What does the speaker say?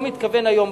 אני לא מתכוון היום,